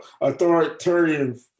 authoritarian